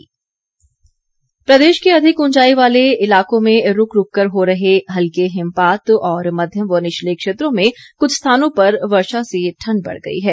मौसम प्रदेश के अधिक ऊंचाई वाले इलाकों में रूक रूक कर हो रहे हल्के हिमपात और मध्यम व निचले क्षेत्रों में कुछ स्थानों पर वर्षा से ठण्ड बढ़ गई है